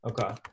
Okay